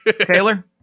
Taylor